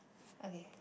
okay